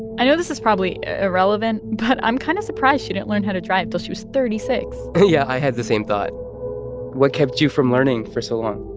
i know this is probably irrelevant, but i'm kind of surprised she didn't learn how to drive till she was thirty six point yeah, i had the same thought what kept you from learning for so long?